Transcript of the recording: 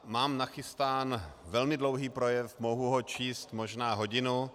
Mám nachystán velmi dlouhý projev, mohu ho číst možná hodinu.